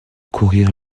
courir